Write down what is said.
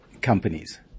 Companies